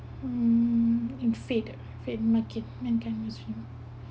um my faith faith in market mankind was remove